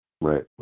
right